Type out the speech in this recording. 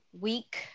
week